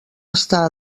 està